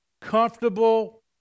comfortable